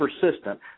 persistent